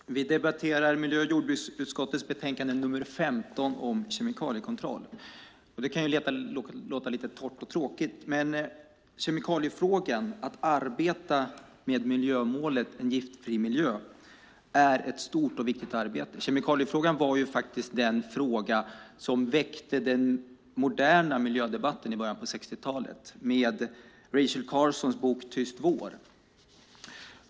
Herr talman! Vi debatterar miljö och jordbruksutskottets betänkande nr 15 om kemikaliekontroll. Det kan ju låta lite torrt och tråkigt, men att arbeta med miljömålet Giftfri miljö är ett stort och viktigt arbete. Kemikaliefrågan var faktiskt den fråga som väckte den moderna miljödebatten i början av 60-talet med Rachel Carsons bok Tyst vår .